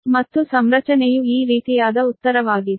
ಮತ್ತು ಸಂರಚನೆಯು ಈ ರೀತಿಯಾದ ಉತ್ತರವಾಗಿದೆ